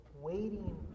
waiting